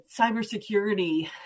cybersecurity